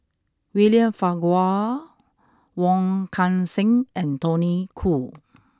William Farquhar Wong Kan Seng and Tony Khoo